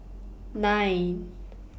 nine